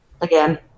Again